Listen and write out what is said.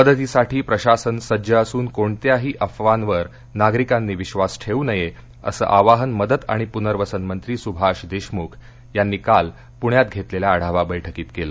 मदतीसाठी प्रशासन सज्ज असून कोणत्याही अफवांवर नागरिकांनी विद्वास ठेवू नये असं आवाहन मदत आणि पुनर्वसन मंत्री सुभाष देशमुख यांनी काल पुण्यात घेतलेल्या आढावा बैठकीत केलं